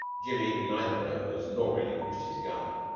jimmy neither rose nor relinquished his gum.